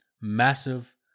massive